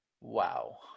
Wow